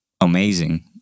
amazing